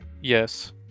Yes